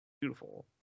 beautiful